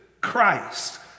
Christ